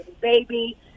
baby